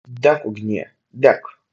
dek ugnie dek